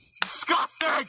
Disgusting